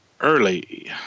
early